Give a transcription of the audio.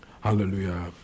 Hallelujah